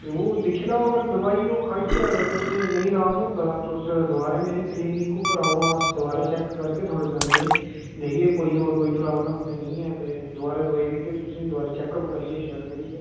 तो ओह् दिक्खी लाओ अगर दोआई ओह् खाइयै अगर तुसें नेईं राम होंदा तुसें गी ते तुस दोबारा मेरी क्लीनिक उप्पर आओ अस दोबारा चैक्क करगे थोह्ड़े दिन ते दिखगे कोई होर कोई प्राब्लम ते निं ऐ ते दोबारा दोआई देगे तुसें गी दोबारा चैक्क अप करियै शैल करियै